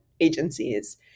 agencies